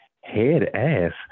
head-ass